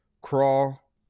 crawl